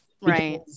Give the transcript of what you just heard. Right